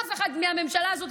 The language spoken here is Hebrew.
אף אחד מהממשלה הזאת,